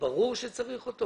שברור שצריך אותו.